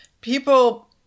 people